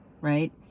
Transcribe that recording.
Right